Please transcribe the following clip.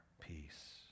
peace